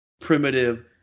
primitive